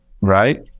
right